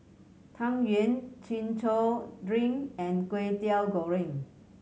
Tang Yuen Chin Chow drink and Kway Teow Goreng